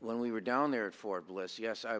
when we were down there in fort bliss yes i